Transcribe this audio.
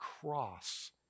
cross